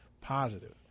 positive